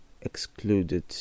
excluded